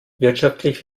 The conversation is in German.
wirtschaftlich